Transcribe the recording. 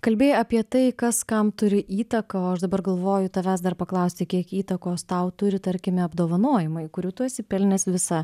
kalbėjai apie tai kas kam turi įtaką o aš dabar galvoju tavęs dar paklausti kiek įtakos tau turi tarkime apdovanojimai kurių tu esi pelnęs visą